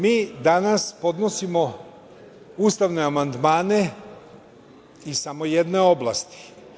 Mi danas podnosimo ustavne amandmane iz samo jedne oblasti.